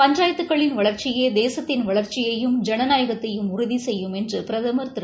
பஞ்சாயத்துகளின் வளர்ச்சியே தேசத்தின் வளர்ச்சியையும் ஜனநாயகத்தையும் உறுதி செய்யும் என்று பிரதமர் திரு